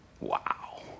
Wow